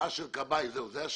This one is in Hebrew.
שעה של כבאי זו השאלה.